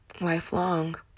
lifelong